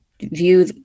view